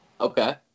Okay